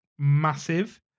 massive